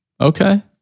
Okay